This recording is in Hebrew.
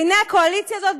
בעיני הקואליציה הזאת,